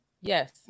Yes